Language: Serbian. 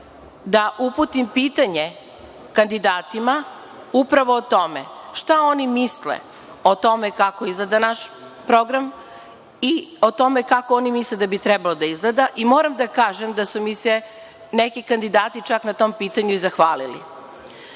da uputim pitanje kandidatima upravo o tome šta oni misle o tome kako izgleda naš program i o tome kako oni misle da bi trebalo da izgleda? Moram da kažem da su mi se neki kandidati čak na tom pitanju i zahvalili. Naime,